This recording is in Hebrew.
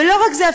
ולא רק זה,